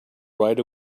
right